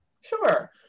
Sure